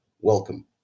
Welcome